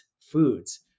foods